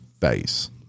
face